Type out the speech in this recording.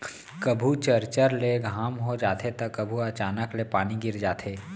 कभू चरचर ले घाम हो जाथे त कभू अचानक ले पानी गिर जाथे